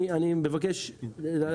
אני מבקש להקשיב.